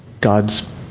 God's